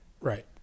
Right